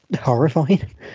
horrifying